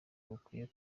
rukwiye